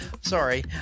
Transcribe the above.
Sorry